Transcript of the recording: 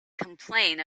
complain